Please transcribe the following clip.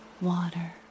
water